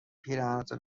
پیرهنتو